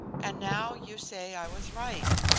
and now you say i was right.